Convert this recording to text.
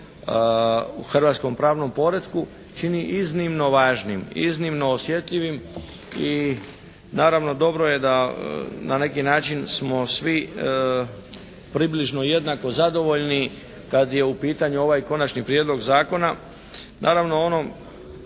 u hrvatskom pravnom poretku čini iznimno važnim, iznimno osjetljivim i naravno dobro je da na neki način smo svi približno jednako zadovoljni kad je u pitanju ovaj Konačni prijedlog zakona.